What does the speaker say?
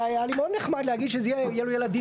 היה לי מאוד נחמד להגיד שזה יהיה עם ילדים